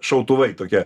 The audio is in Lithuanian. šautuvai tokie